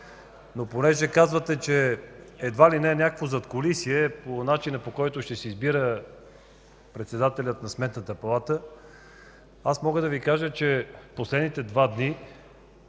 Понеже казвате, че едва ли не има някакво задкулисие по начина, по който ще се избира председателят на Сметната палата, мога да Ви кажа, че през последните два дни